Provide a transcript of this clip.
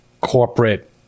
corporate